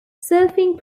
surfing